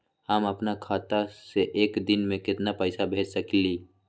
हम अपना खाता से एक दिन में केतना पैसा भेज सकेली?